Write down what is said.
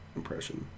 impression